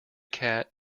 cat